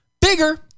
bigger